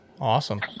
awesome